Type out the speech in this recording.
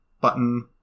button